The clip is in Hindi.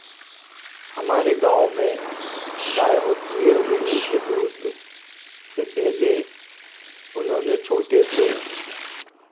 हमारे गाँव में गाय होती है उन्हीं के दूध से पहले उन्होंने छोटे से